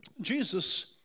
Jesus